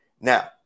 Now